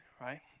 Right